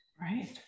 Right